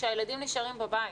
שהילדים נשארים בבית.